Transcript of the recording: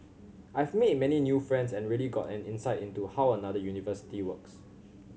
I've made many new friends and really gotten an insight into how another university works